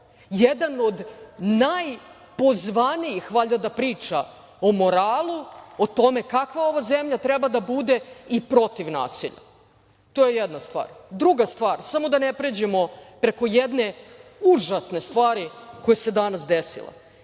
jedan od najpozvanijih, valjda, da priča o moralu, o tome kakva ova zemlja treba da bude i protiv nasilja. To je jedna stvar. Druga stvar – samo da ne pređemo preko jedne užasne stvari koja se danas desila. Vi